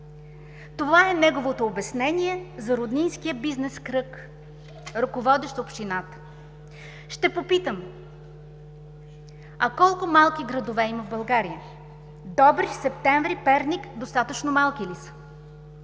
Това е неговото обяснение за роднинския бизнес кръг, ръководещ общината. Ще попитам: А колко малки градове има в България? Добрич, Септември, Перник достатъчно малки ли са?